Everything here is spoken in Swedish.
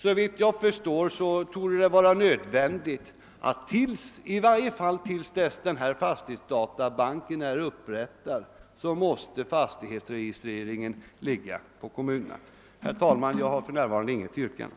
Såvitt jag förstår torde det vara nödvändigt att fastighetsregistreringen ligger på kommunerna, i varje fall tills denna fastighetsdatabank är upprättad. Herr talman! Jag har för närvarande inget yrkande.